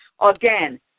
Again